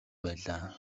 байлаа